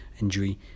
injury